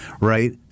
right